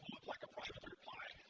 look like a private reply,